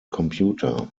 computer